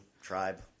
tribe